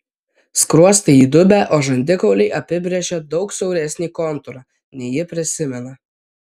skruostai įdubę o žandikauliai apibrėžia daug siauresnį kontūrą nei ji prisimena